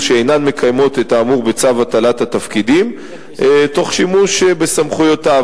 שאינן מקיימות את האמור בצו הטלת התפקידים תוך שימוש בסמכויותיו.